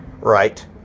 right